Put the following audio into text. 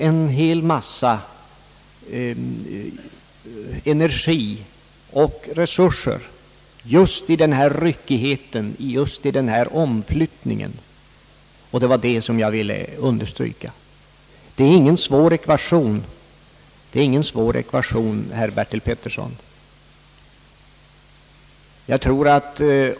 En hel massa energi och resurser går bort just genom denna ryckighet och omflyttping, vilket jag har velat understryka. Det är ingen svår ekvation, herr Bertil Petersson.